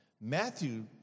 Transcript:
Matthew